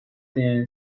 then